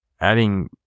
adding